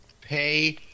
pay